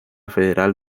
federal